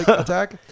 attack